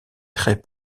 très